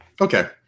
Okay